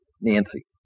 Nancy